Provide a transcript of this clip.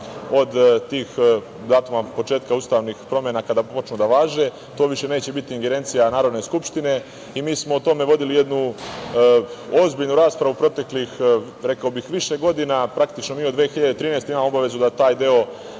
od tih datuma, početka ustavnih promena, kada počnu da važe, to više neće biti ingerencija Narodne skupštine, i mi smo o tome vodili jednu ozbiljnu raspravu, rekao bih više godina, jer praktično mi od 2013. godine, imamo obavezu da taj deo